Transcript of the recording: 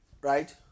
Right